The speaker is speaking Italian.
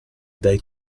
dai